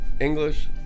English